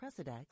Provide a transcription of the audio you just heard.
Presidex